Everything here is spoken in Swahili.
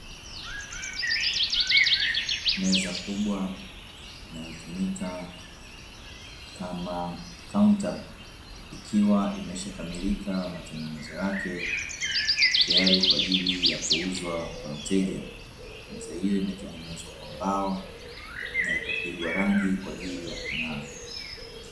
Meza kubwa inayotumika kama kaunta ikiwa imeshakamilika matengenezo yake tayari kwa ajili ya kuuzwa kwa mteja ,meza hiyo imetengenezwa kwa mbao na ikapigwa rangi kwa ajili ya kungaa.